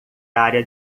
área